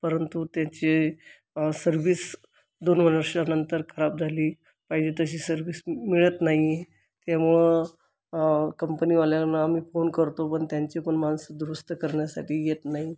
परंतु त्याचे सर्विस दोन वर्षानंतर खराब झाली पाहिजे तशी सर्विस मिळत नाही त्यामुळं कंपनीवाल्यांना आम्ही फोन करतो पण त्यांची पण माणसं दुरुस्त करण्यासाठी येत नाही